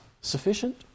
sufficient